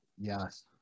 yes